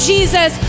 Jesus